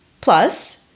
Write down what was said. Plus